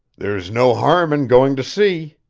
there's no harm in going to see,